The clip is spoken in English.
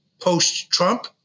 post-Trump